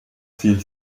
fielen